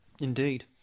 Indeed